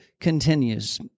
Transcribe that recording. continues